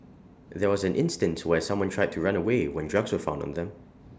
there was an instance where someone tried to run away when drugs were found on them